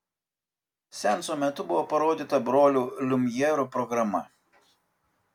seanso metu buvo parodyta brolių liumjerų programa